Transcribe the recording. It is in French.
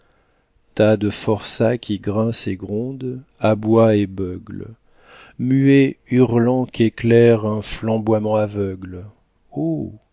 tas de forçats qui grince et gronde aboie et beugle muets hurlants qu'éclaire un flamboiement aveugle